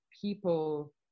people